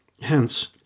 Hence